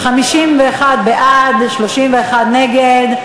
בעד, 51, נגד,